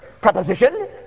preposition